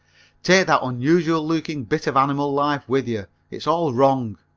take that unusual looking bit of animal life with you it's all wrong.